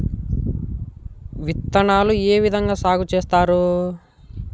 విత్తనాలు ఏ విధంగా సాగు చేస్తారు?